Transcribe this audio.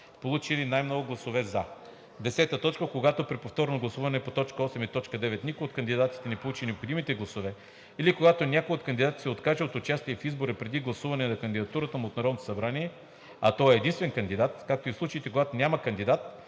получили най-много гласове „за“. 10. Когато при повторното гласуване по т. 8 и т. 9 никой от кандидатите не получи необходимите гласове или когато някой от кандидатите се откаже от участие в избора преди гласуване на кандидатурата му от Народното събрание, а той е единствен кандидат, както и в случаите, когато няма кандидат,